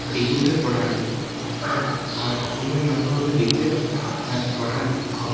বিহুটোৱে প্ৰধান অসমীয়া মানুহৰ বাবে বিহুৱে প্ৰধান উৎসৱ